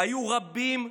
היו רבים וקשים: